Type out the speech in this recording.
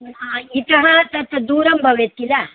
इतः तत् दूरं भवेत् किल